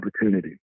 opportunity